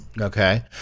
okay